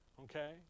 okay